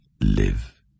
Live